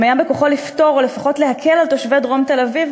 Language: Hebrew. אם היה בכוחו לפתור או לפחות להקל על תושבי דרום תל-אביב,